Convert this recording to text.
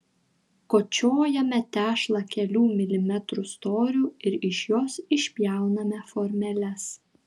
kočiojame tešlą kelių milimetrų storiu ir iš jos išpjauname formeles